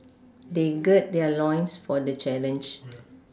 they gird their loins for the challenge